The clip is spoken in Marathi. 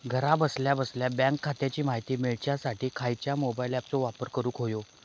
घरा बसल्या बसल्या बँक खात्याची माहिती मिळाच्यासाठी खायच्या मोबाईल ॲपाचो वापर करूक होयो?